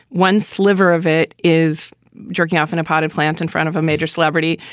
one sliver of it is jerking off in a potted plant in front of a major celebrity.